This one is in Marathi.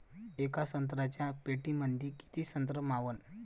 येका संत्र्याच्या पेटीमंदी किती संत्र मावन?